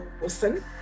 Wilson